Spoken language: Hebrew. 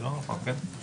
זה לא נכון, כן?